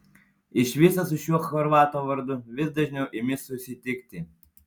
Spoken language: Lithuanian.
iš viso su šiuo chorvato vardu vis dažniau imi susitikti